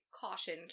caution